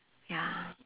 ya